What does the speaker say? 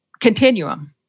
continuum